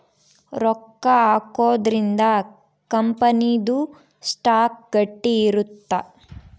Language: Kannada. ರೊಕ್ಕ ಹಾಕೊದ್ರೀಂದ ಕಂಪನಿ ದು ಸ್ಟಾಕ್ ಗಟ್ಟಿ ಇರುತ್ತ